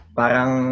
parang